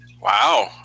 Wow